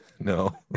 No